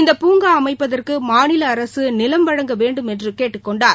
இந்த பூங்கா அமைப்பதற்கு மாநில அரசு நிலம் வழங்க வேண்டுமென்று கேட்டுக்கொண்டார்